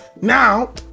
Now